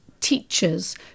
teachers